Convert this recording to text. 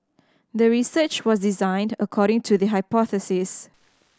the research was designed according to the hypothesis